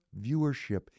viewership